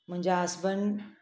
मुंहिंजा हस्बैंड